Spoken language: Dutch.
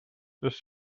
dus